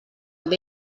amb